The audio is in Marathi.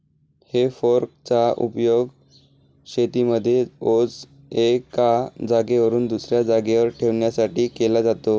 हे फोर्क चा उपयोग शेतीमध्ये ओझ एका जागेवरून दुसऱ्या जागेवर ठेवण्यासाठी केला जातो